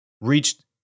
reached